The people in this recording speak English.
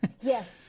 Yes